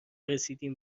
رسیدیم